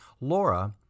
Laura